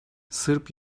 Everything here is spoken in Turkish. sırp